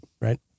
right